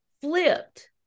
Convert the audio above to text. flipped